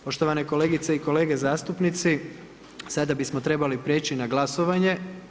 Poštovane kolegice i kolege zastupnici sada bismo trebali prijeći na glasovanje.